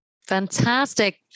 Fantastic